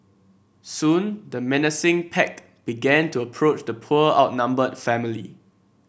soon the menacing pack began to approach the poor outnumbered family